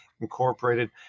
incorporated